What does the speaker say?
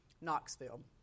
Knoxville